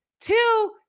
two